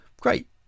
great